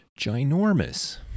ginormous